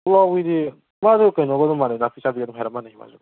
ꯄꯨꯛꯂꯥꯎꯕꯤꯗꯤ ꯃꯥꯗꯣ ꯀꯩꯅꯣꯒ ꯑꯗꯨꯝ ꯃꯥꯟꯅꯩ ꯅꯥꯄꯤ ꯆꯥꯕꯤꯒ ꯑꯗꯨꯝ ꯍꯥꯏꯔꯞ ꯃꯥꯟꯅꯩ ꯃꯥꯁꯨ